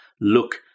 look